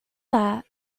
that